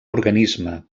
organisme